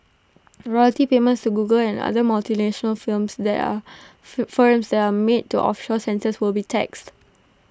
royalty payments to Google and other multinational firms that are for them they are made to offshore centres will be taxed